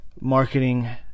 marketing